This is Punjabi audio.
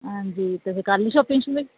ਹਾਂਜੀ ਅਤੇ ਫਿਰ ਕਰ ਲਈ ਸ਼ੋਪਿੰਗ ਸ਼ੁਪਿੰਗ